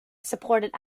supported